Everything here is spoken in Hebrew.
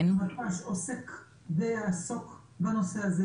המתפ"ש עוסק ויעסוק בנושא הזה.